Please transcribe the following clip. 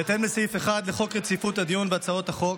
בהתאם לסעיף 1 לחוק רציפות הדיון בהצעות חוק,